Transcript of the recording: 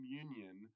communion